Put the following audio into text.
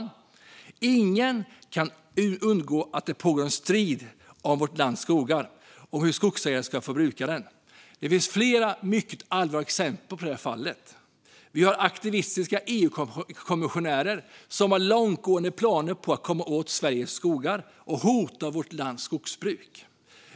Det kan inte ha undgått någon att det pågår en strid om vårt lands skogar och hur skogsägare ska få bruka dem. Det finns flera mycket allvarliga exempel på att så är fallet. Vi har aktivistiska EU-kommissionärer som har långtgående planer på att komma åt Sveriges skogar och hota vårt lands skogsbruk.